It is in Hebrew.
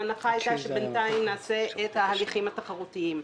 ההנחה הייתה שבינתיים נבצע את ההליכים התחרותיים.